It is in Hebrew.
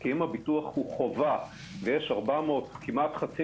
כי אם הביטוח הוא חובה ויש כמעט חצי